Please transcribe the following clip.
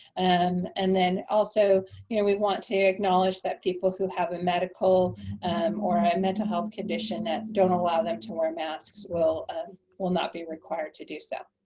and and then also you know we want to acknowledge that people who have a medical um or a mental health condition that don't allow them to wear masks will will not be required to do so.